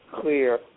clear